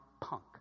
punk